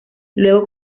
luego